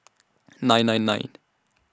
nine nine nine